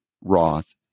Roth